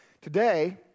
Today